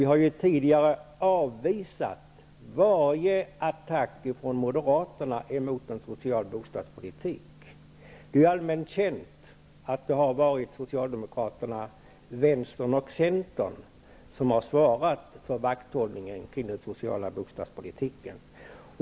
Vi har ju tidigare avvisat varje attack från Moderaterna mot en social bostadspolitik. Det är allmänt känt att det har varit Socialdemokraterna, Vänsterpartiet och Centern som har svarat för vakthållningen kring den sociala bostadspolitiken.